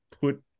put